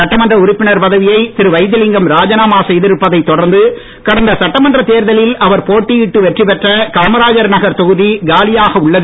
சட்டமன்ற உறுப்பினர் பதவியை திரு வைத்திலிங்கம் ராஜினாமா செய்திருப்பதைத் தொடர்ந்து கடந்த சட்டமன்ற தேர்தலில் அவர் போட்டியிட்டு வெற்றி பெற்ற காமராஜர் நகர் தொகுதி காலியாகி உள்ளது